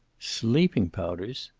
sleeping-powders!